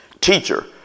Teacher